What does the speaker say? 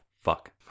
fuck